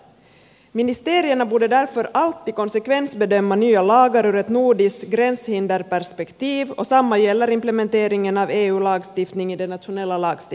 ministerierna borde därför alltid konsekvensbedöma nya lagar ur ett nordiskt gränshinderperspektiv och samma gäller implementeringen av eu lagstiftning i den nationella lagstiftningen